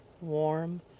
warm